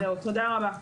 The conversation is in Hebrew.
תודה רבה.